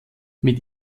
mit